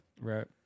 Right